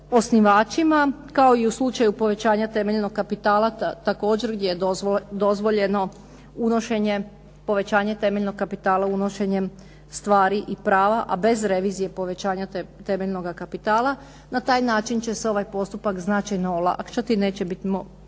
osnivačima, kao i u slučaju povećanja temeljenog kapitala također gdje je dozvoljeno unošenje, povećanje temeljnog kapitala unošenjem stvari i prava, a bez revizije povećanja temeljnoga kapitala. Na taj način će se ovaj postupak značajno olakšati, neće biti potrebno